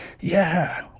Yeah